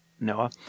Noah